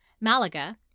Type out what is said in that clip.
Malaga